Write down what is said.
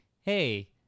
hey